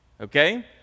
Okay